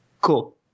cool